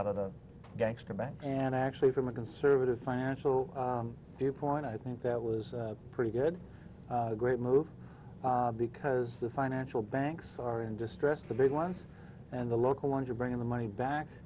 out of the gangster bank and actually from a conservative financial viewpoint i think that was a pretty good great move because the financial banks are in distress the big ones and the local ones are bringing the money back